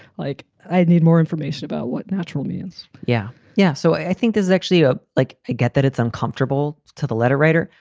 like, i need more information about what natural means. yeah yeah. so i think there's actually a like i get that it's uncomfortable to the letter writer,